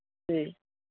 जी